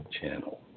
channel